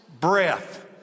breath